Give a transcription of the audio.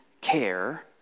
care